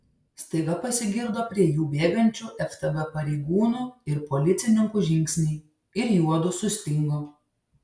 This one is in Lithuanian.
staiga pasigirdo prie jų bėgančių ftb pareigūnų ir policininkų žingsniai ir juodu sustingo